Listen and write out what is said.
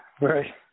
Right